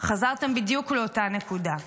חזרתם בדיוק לאותה נקודה.